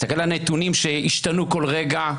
מסתכל על נתונים שהשתנו כל רגע,